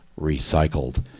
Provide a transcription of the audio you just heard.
recycled